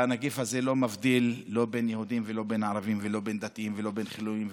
הנגיף הזה לא מבדיל בין יהודים לערבים ולא בין דתיים לחילונים,